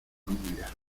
familia